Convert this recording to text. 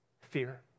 Fear